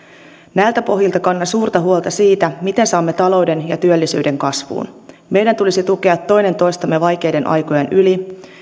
näiltä pohjilta kannan suurta huolta siitä miten saamme talouden ja työllisyyden kasvuun meidän tulisi tukea toinen toistamme vaikeiden aikojen yli